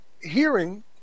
hearing